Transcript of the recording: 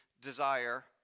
desire